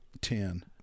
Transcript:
Ten